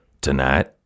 tonight